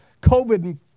COVID